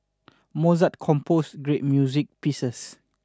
Mozart composed great music pieces